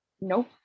nope